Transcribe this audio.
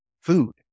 food